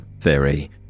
Theory